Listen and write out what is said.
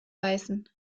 beißen